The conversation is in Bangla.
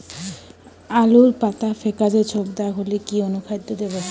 আলুর পাতা ফেকাসে ছোপদাগ হলে কি অনুখাদ্য দেবো?